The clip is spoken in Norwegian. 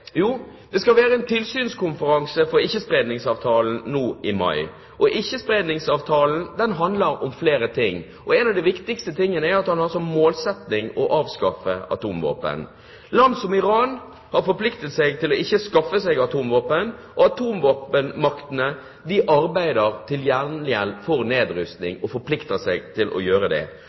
Jo, det skal være en tilsynskonferanse for Ikke-spredningsavtalen nå i mai, og Ikke-spredningsavtalen handler om flere ting. En av de viktigste tingene er at en har som målsetting å avskaffe atomvåpen. Land som Iran har forpliktet seg til ikke å skaffe seg atomvåpen, og atomvåpenmaktene arbeider til gjengjeld for nedrustning og forplikter seg til det. Da er det